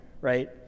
right